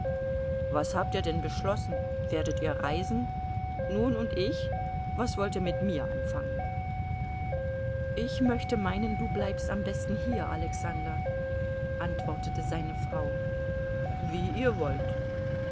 was habt ihr denn beschlossen werdet ihr reisen nun und ich was wollt ihr mit mir anfangen ich möchte meinen du bleibst am besten hier alexander antwortete seine frau wie ihr wollt